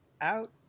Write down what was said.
out